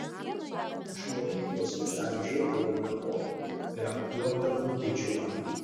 iš mokyklos vis dar užeidavau namo ir apkuopdavau didžiumą